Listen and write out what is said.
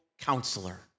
counselor